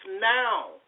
now